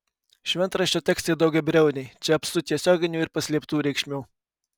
šventraščio tekstai daugiabriauniai čia apstu tiesioginių ir paslėptų reikšmių